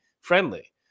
friendly